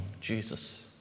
Jesus